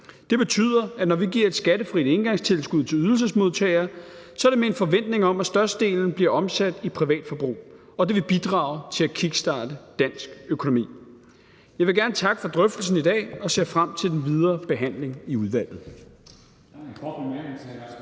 Det betyder, at når vi giver et skattefrit engangstilskud til ydelsesmodtagere, er det med en forventning om, at størstedelen bliver omsat i privatforbrug, og det vil bidrage til at kickstarte dansk økonomi. Jeg vil gerne takke for drøftelsen i dag og ser frem til den videre behandling i udvalget.